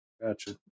Gotcha